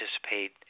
participate